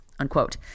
Unquote